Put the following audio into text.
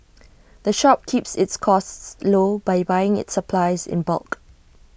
the shop keeps its costs low by buying its supplies in bulk